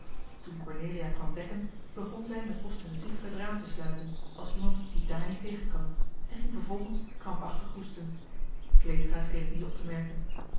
toen cornelia kwam dekken begon zij met ostensief het raam te sluiten als iemand die dààr niet tegen kan en ging vervolgens krampachtig hoesten kleestra scheen het niet op te merken